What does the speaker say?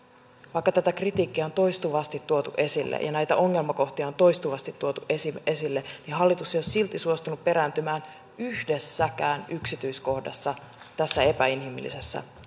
vaikka tätä kritiikkiä on toistuvasti tuotu esille ja näitä ongelmakohtia on toistuvasti tuotu esille esille niin hallitus ei ole silti suostunut perääntymään yhdessäkään yksityiskohdassa tässä epäinhimillisessä